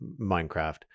minecraft